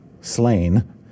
slain